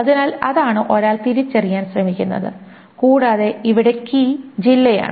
അതിനാൽ അതാണ് ഒരാൾ തിരിച്ചറിയാൻ ശ്രമിക്കുന്നത് കൂടാതെ ഇവിടെ കീ ജില്ലയാണ്